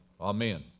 Amen